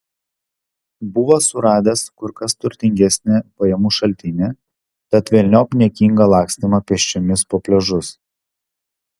buvo suradęs kur kas turtingesnį pajamų šaltinį tad velniop niekingą lakstymą pėsčiomis po pliažus